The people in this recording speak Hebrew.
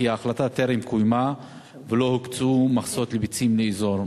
ההחלטה טרם קוימה ולא הוקצו מכסות לביצים לאזור.